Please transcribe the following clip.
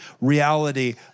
reality